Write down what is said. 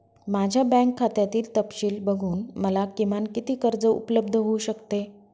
माझ्या बँक खात्यातील तपशील बघून मला किमान किती कर्ज उपलब्ध होऊ शकते?